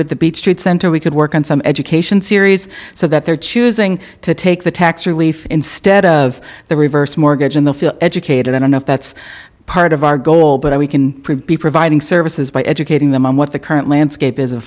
with the beets trade center we could work on some education series so that they're choosing to take the tax relief instead of the reverse mortgage and the educated i don't know if that's part of our goal but we can be providing services by educating them on what the current landscape is